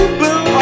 boo